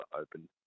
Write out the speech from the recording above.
open